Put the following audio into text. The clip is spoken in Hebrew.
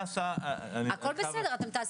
הכל בסדר, אתם תעשו.